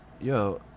yo